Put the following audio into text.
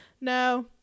No